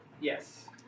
Yes